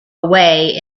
away